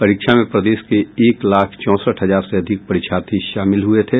परीक्षा में प्रदेश के एक लाख चौंसठ हजार से अधिक परीक्षार्थी शामिल हये थे